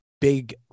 big